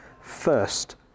first